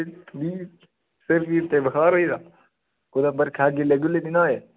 एह् तुसें ई सिर पीड़ ते बखार होई दा कुतै बरखै च गिल्ले गुल्ले निं ना होए